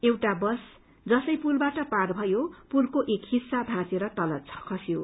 एउटा बस जसै पुलबाट पार भयो पुलको एक हिस्सा भौंचेर तल खस्यो